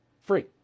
Free